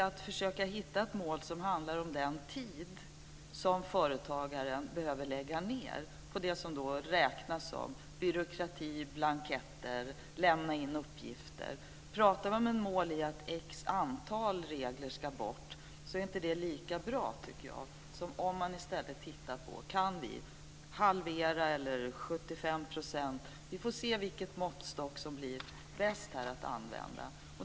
Nu försöker vi hitta ett mål som handlar om den tid som företagaren behöver lägga ned på det som räknas som byråkrati, blanketter och att lämna in uppgifter. Jag tycker inte att det är lika bra att prata om att x antal regler ska bort. Jag tycker att man i stället ska titta på om vi kan halvera detta eller minska det med 75 %. Vi får se vilken måttstock som blir bäst att använda här.